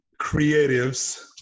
creatives